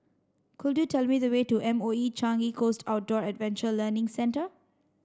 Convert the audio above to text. could you tell me the way to M O E Changi Coast Outdoor Adventure Learning Centre